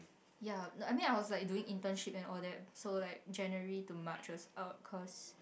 ya no I mean I was like doing internship and all that so like January to March was out cause